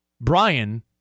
Brian